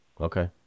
Okay